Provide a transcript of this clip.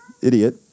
idiot